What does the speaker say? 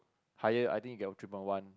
higher I think you get three point one